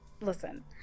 Listen